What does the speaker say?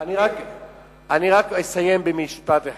אני רק אסיים במשפט אחד.